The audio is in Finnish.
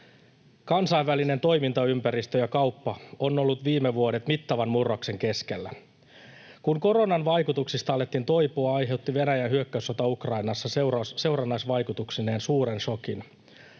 Kansainvälinen toimintaympäristö ja kauppa ovat olleet viime vuodet mittavan murroksen keskellä. Kun koronan vaikutuksista alettiin toipua, aiheutti Venäjän hyökkäyssota Ukrainassa seurannaisvaikutuksineen suuren šokin.